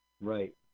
Right